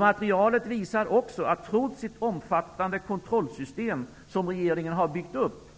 Materialet visar också att statsråden trots ett omfattande kontrollsystem, som regeringen har byggt upp,